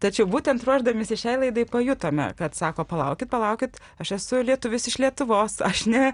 tačiau būtent ruošdamiesi šiai laidai pajutome kad sako palaukit palaukit aš esu lietuvis iš lietuvos aš ne